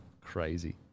Crazy